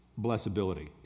Blessability